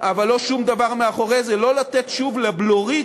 אבל לא שום דבר מאחורי זה, לא לתת שוב לבלורית